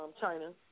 China